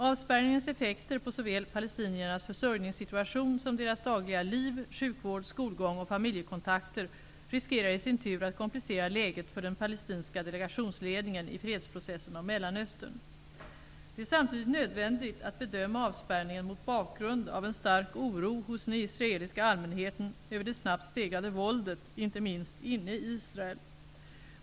Avspärrningens effekter på såväl palestiniernas försörjningssituation som deras dagliga liv, sjukvård, skolgång och familjekontakter riskerar i sin tur att komplicera läget för den palestinska delegationsledningen i fredsprocessen om Det är samtidigt nödvändigt att bedöma avspärrningen mot bakgrund av en stark oro hos den israeliska allmänheten över det snabbt stegrade våldet, inte minst inne i Israel.